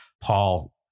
Paul